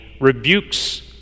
rebukes